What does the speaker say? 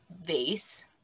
Vase